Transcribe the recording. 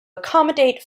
accommodate